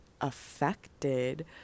affected